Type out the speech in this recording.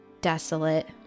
desolate